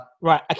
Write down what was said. Right